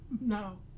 No